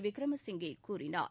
விக்கிரம சிங்கே கூறினார்